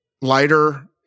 lighter